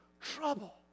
trouble